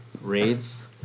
raids